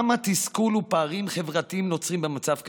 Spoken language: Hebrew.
כמה תסכול ופערים חברתיים נוצרים במצב כזה?